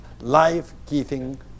life-giving